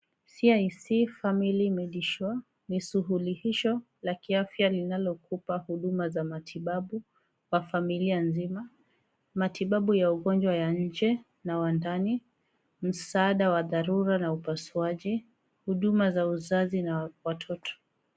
CIC Family Medisure, ni sululihisho la kiafya linalokupa huduma za matibabu, kwa familia nzima, matibabu ya ugonjwa ya nje na wa ndani, msaada wa dharura na upasuaji, huduma za uzazi na watoto.